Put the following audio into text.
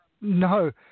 No